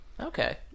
Okay